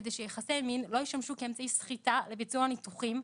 על מנת שיחסי מין לא ישמשו כאמצעי סחיטה לביצוע ניתוחים,